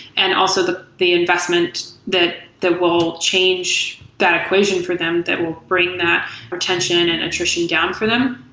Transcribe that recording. and also the the investment that that will change that equation for them that will bring that retention and attrition down for them.